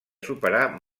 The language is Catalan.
superar